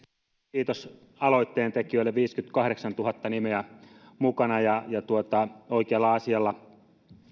kiitos aloitteen tekijöille viisikymmentäkahdeksantuhatta nimeä mukana ja oikealla asialla